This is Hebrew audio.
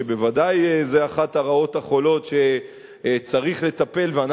ובוודאי זו אחת הרעות החולות שצריך לטפל בהן,